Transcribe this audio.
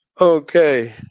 Okay